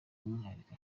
umwihariko